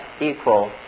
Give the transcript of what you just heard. equal